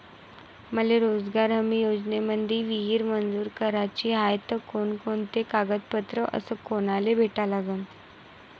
मले रोजगार हमी योजनेमंदी विहीर मंजूर कराची हाये त कोनकोनते कागदपत्र अस कोनाले भेटा लागन?